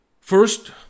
First